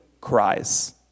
cries